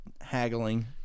haggling